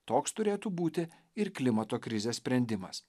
toks turėtų būti ir klimato krizės sprendimas